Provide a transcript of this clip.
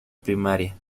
primaria